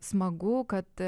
smagu kad